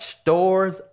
stores